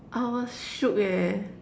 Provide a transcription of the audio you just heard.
I was shook leh